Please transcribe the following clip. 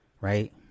Right